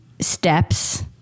steps